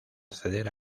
ceder